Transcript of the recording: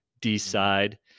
decide